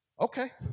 Okay